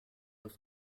aus